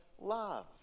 love